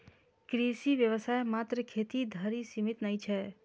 कृषि व्यवसाय मात्र खेती धरि सीमित नै छै